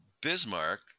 Bismarck